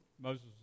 Moses